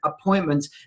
appointments